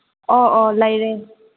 ꯑꯣ ꯑꯣ ꯂꯩꯔꯦ